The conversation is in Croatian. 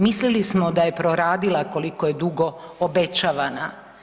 Mislili smo da je proradila koliko je dugo obećavana.